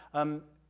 um,